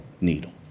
needle